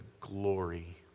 glory